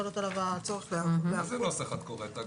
חלות עליו הצורך ב --- באיזה נוסח את קוראת?